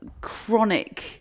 chronic